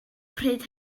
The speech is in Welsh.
pryd